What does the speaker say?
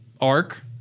arc